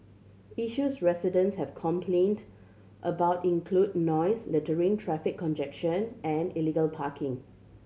issues residents have complained about include noise littering traffic congestion and illegal parking